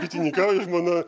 bitininkauju žmona